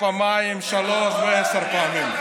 לא, אצלך, פעמיים, שלוש ועשר פעמים.